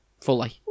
fully